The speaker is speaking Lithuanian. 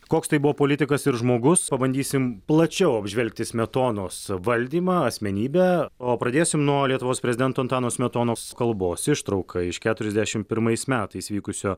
koks tai buvo politikas ir žmogus bandysim plačiau apžvelgti smetonos valdymą asmenybę o pradėsim nuo lietuvos prezidento antano smetonos kalbos ištrauka iš keturiasdešimt pirmais metais vykusio